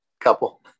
couple